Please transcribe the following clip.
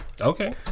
Okay